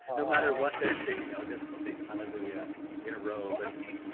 no matter what they're singing i'll just sing hallelujah in a robe.